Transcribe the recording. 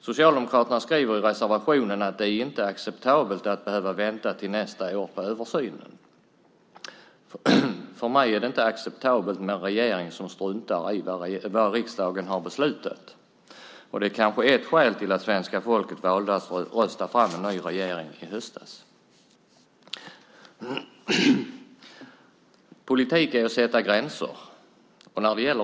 Socialdemokraterna skriver i reservationen att det inte är acceptabelt att behöva vänta till nästa år på översynen. För mig är det inte acceptabelt med en regering som struntar i vad riksdagen har beslutat. Detta är kanske ett skäl till att svenska folket valde att rösta fram en ny regering i höstas. Politik är att sätta gränser.